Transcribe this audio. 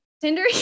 Tinder